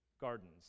gardens